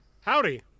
Howdy